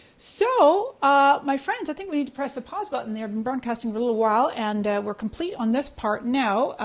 so ah my friends, i think we need to press the pause button. we've been broadcasting for a little while and we're complete on this part. now,